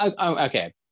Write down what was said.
okay